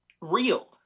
real